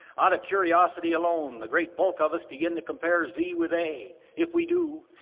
out of curiosity alone the great bulk of us begin to compare z with a. if we do,